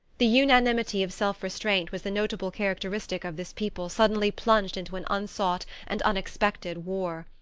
the unanimity of self-restraint was the notable characteristic of this people suddenly plunged into an unsought and unexpected war.